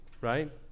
right